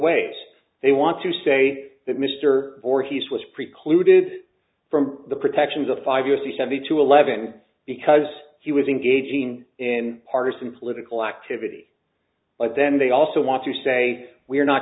ways they want to say that mr vorhees was precluded from the protections of five years the seventy two eleven because he was engaging in partisan political activity but then they also want to say we're not